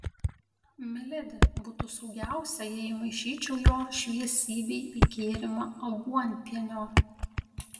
miledi būtų saugiausia jei įmaišyčiau jo šviesybei į gėrimą aguonpienio